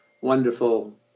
wonderful